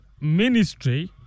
ministry